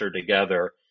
together